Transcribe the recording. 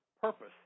purpose